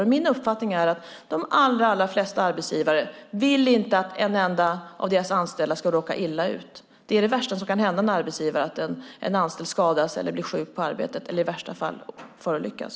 Det är min uppfattning att de allra flesta arbetsgivare inte vill att en enda av deras anställda ska råka illa ut. Det värsta som kan hända en arbetsgivare är att en anställd skadas eller blir sjuk på arbetet eller i värsta fall förolyckas.